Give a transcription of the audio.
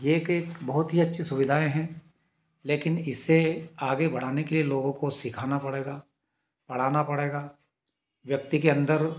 एक एक बहुत ही अच्छी सुविधाएँ हैं लेकिन इससे आगे बढ़ाने के लिए लोगों को सिखाना पड़ेगा पढ़ाना पड़ेगा व्यक्ति के अन्दर